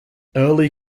early